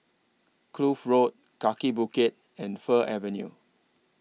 Kloof Road Kaki Bukit and Fir Avenue